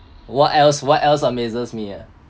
what else what else amazes me ah